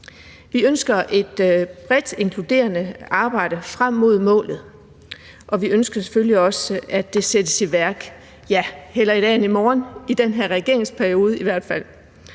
Vi ønsker et bredt inkluderende arbejde frem mod målet, og vi ønsker selvfølgelig også, at det sættes i værk – ja, hellere i dag end i morgen, i den her regeringsperiode, i hvert fald